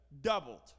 doubled